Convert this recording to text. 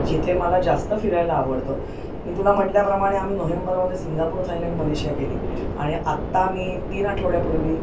जिथे मला जास्त फिरायला आवडतं मी तुला म्हटल्याप्रमाणे आम्ही नोव्हेंबरमध्ये सिंगापूर थायलंड मलेशिया केली आणि आत्ता मी तीन आठवड्यापूर्वी